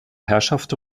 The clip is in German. herrschaft